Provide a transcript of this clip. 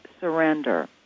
surrender